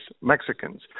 Mexicans